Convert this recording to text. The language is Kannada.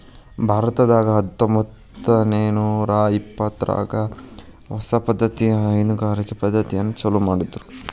ಭಾರತದಾಗ ಹತ್ತಂಬತ್ತನೂರಾ ಇಪ್ಪತ್ತರಾಗ ಹೊಸ ಪದ್ದತಿಯ ಹೈನುಗಾರಿಕೆ ಪದ್ದತಿಯನ್ನ ಚಾಲೂ ಮಾಡಿದ್ರು